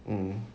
mm